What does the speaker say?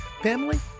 family